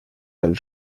del